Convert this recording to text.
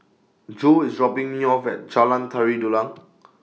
Jo IS dropping Me off At Jalan Tari Dulang